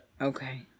Okay